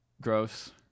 gross